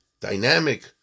dynamic